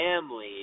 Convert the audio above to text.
family